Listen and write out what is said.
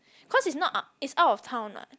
cause it's not it's out of town what